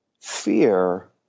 fear